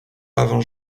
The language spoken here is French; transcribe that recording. avant